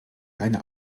eine